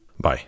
Bye